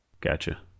Gotcha